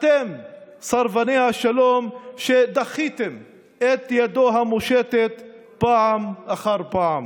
אתם סרבני השלום שדחיתם את ידו המושטת פעם אחר פעם.